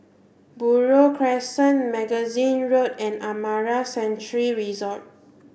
Buroh Crescent Magazine Road and Amara Sanctuary Resort